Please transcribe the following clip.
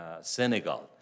Senegal